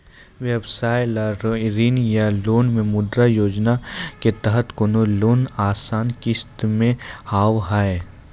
व्यवसाय ला ऋण या लोन मे मुद्रा योजना के तहत कोनो लोन आसान किस्त मे हाव हाय?